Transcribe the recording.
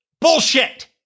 Bullshit